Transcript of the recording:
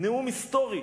נאום היסטורי